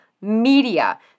Media